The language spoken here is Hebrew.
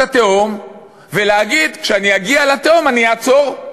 התהום ולהגיד: כשאני אגיע לתהום אני אעצור.